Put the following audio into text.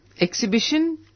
exhibition